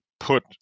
put